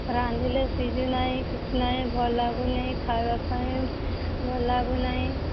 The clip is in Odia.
ରାନ୍ଧିଲେ ସିଝୁନାହିଁ କିଛି ନାହିଁ ଭଲ ଲାଗୁନି ଖାଇବା ପାଇଁ ଭଲ ଲାଗୁନାହିଁ